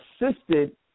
assisted